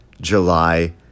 July